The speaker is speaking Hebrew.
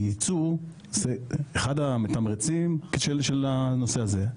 היצוא זה אחר המתמרצים של הנושא הזה.